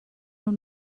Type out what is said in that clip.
اون